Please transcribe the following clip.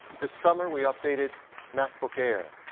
this summer we updated macbook air.